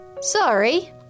Sorry